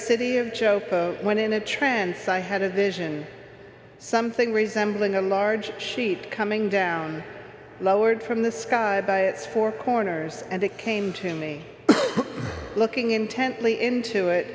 city of show when in a trend so i had a vision something resembling a large sheet coming down lowered from the sky by its four corners and it came to me looking intently into it